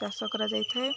ଚାଷ କରାଯାଇଥାଏ